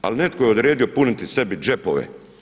Ali netko je odredio puniti sebi džepove.